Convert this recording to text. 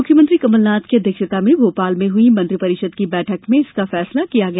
मुख्यमंत्री कमलनाथ की अध्यक्षता में भोपाल में हुई मंत्रिपरिषद की बैठक में इसका फैसला किया गया